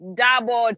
double